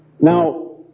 Now